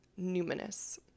numinous